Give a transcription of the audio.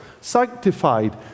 sanctified